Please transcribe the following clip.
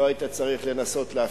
לא היית צריך לנסות להפריד.